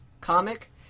comic